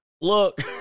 Look